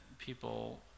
people